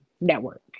network